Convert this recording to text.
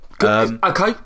Okay